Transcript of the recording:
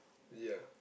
yeah